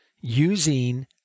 using